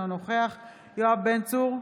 אינו נוכח יואב בן צור,